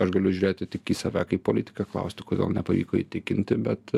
aš galiu žiūrėti tik į save kaip politiką klausti kodėl nepavyko įtikinti bet